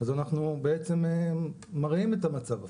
אז אנחנו בעצם מרעים את המצב אפילו.